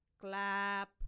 clap